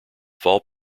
fall